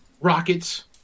rockets